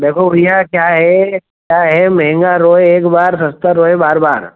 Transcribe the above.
देखो भैया क्या है क्या है महंगा रोये एक बार सस्ता रोये बार बार